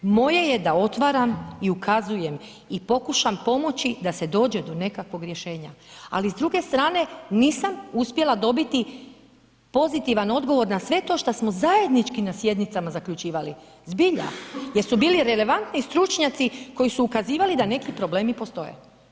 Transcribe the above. Moje je da otvaram i ukazujem i pokušam pomoći da se dođe do nekakvog rješenja, ali s druge strane nisam uspjela dobiti pozitivan odgovor na sve to što smo zajednički na sjednicama zaključivali, zbilja, jer su bili relevantni stručnjaci koji su ukazivali da neki problemi postoje.